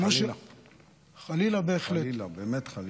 חלילה, באמת חלילה.